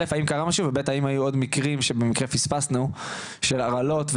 והאם היו עוד מקרים שבמקרה פספסנו של הרעלות,